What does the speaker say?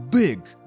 Big